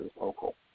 local